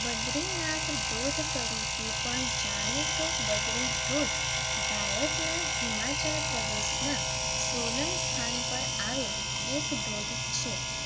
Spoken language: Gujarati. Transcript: બદ્રીનાથ ધોધ તરીકે પણ જાણીતો બદ્રી ધોધ ભારતના હિમાચલ પ્રદેશના સોલન સ્થાન પર આવેલ એક ધોધ છે